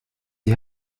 die